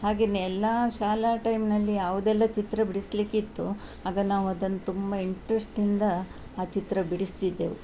ಹಾಗೆಯೇ ಎಲ್ಲ ಶಾಲೆ ಟೈಮ್ನಲ್ಲಿ ಯಾವುದೆಲ್ಲ ಚಿತ್ರ ಬಿಡಿಸಲಿಕ್ಕಿತ್ತು ಆಗ ನಾವು ಅದನ್ನು ತುಂಬ ಇಂಟ್ರೆಸ್ಟಿಂದ ಆ ಚಿತ್ರ ಬಿಡಿಸ್ತಿದ್ದೆವು